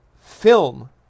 Film